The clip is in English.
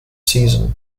season